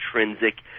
intrinsic